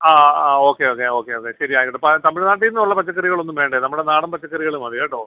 ആ ആ okay okay okay okay ശരി ആയിക്കോട്ടെ തമിഴ്നാട്ടിൽനിന്നുള്ള പച്ചക്കറികളൊന്നും വേണ്ടെ നമ്മുടെ നാടൻ പച്ചക്കറികൾ മതി കേട്ടോ